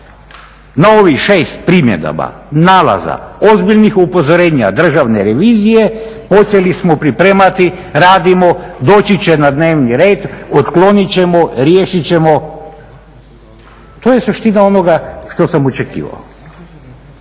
na ovih 6 primjedaba, nalaza, ozbiljnih upozorenja državne revizije, počeli smo pripremati, radimo, doći će na dnevni red, otkloniti ćemo, riješiti ćemo, to je suština onoga što sam očekivao.